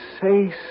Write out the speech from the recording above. say